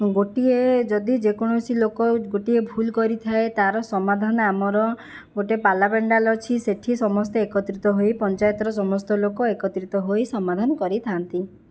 ଗୋଟିଏ ଯଦି ଯେକୌଣସି ଲୋକ ଗୋଟିଏ ଭୁଲ କରିଥାଏ ତା'ର ସମାଧାନ ଆମର ଗୋଟିଏ ପାଲା ପେଣ୍ଡାଲ ଅଛି ସେଠି ସମସ୍ତେ ଏକତ୍ରିତ ହୋଇ ପଞ୍ଚାୟତର ସମସ୍ତ ଲୋକ ଏକତ୍ରିତ ହୋଇ ସମାଧାନ କରିଥାନ୍ତି